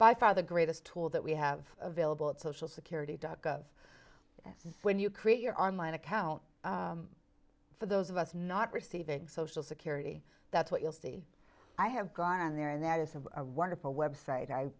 by far the greatest tool that we have available at social security dot gov yes when you create your online account for those of us not receiving social security that's what you'll see i have gone on there and that is of our wonderful web site i